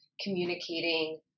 communicating